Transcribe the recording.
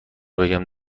بگم